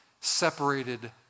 separated